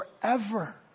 forever